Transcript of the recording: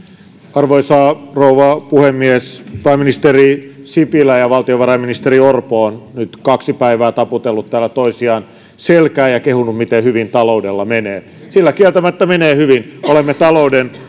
arvoisa rouva puhemies pääministeri sipilä ja valtiovarainministeri orpo ovat nyt kaksi päivää taputelleet täällä toisiaan selkään ja kehuneet miten hyvin taloudella menee sillä kieltämättä menee hyvin olemme talouden